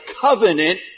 covenant